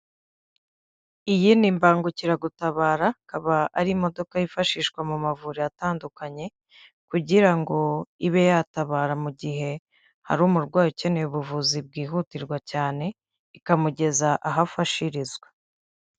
Iyi ni imbangukiragutabara, ikaba ari imodoka yifashishwa mu mavuriro atandukanye kugira ngo ibe yatabara mu gihe hari umurwayi ukeneye ubuvuzi bwihutirwa cyane ikamugeza aho afashirizwa.